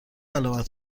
علامت